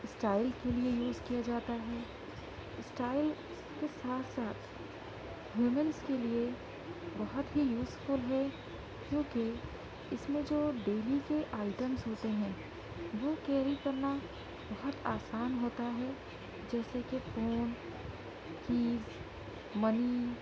style کے لیے use کیا جاتا ہے اسٹائل کے ساتھ ساتھ ہیومنس کے لیے بہت ہی یوزفل ہے کیونکہ اس میں جو بےبی کے آئٹمس ہوتے ہیں وہ کیری کرنا بہت آسان ہوتا ہے جیسے کہ فون کیز منی